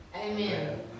Amen